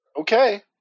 Okay